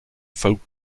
folk